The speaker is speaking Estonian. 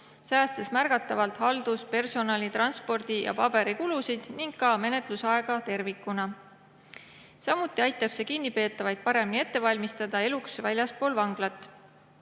vähendades märgatavalt halduspersonali-, transpordi- ja paberikulusid ning ka menetlusaega tervikuna. Samuti aitab see kinnipeetavaid paremini ette valmistada eluks väljaspool vanglat.